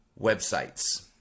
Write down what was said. websites